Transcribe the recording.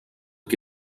que